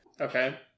Okay